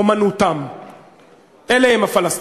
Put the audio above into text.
שלכם יש, אפשר לומר על הפלסטינים: